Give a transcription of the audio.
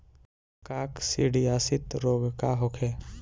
काकसिडियासित रोग का होखे?